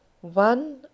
One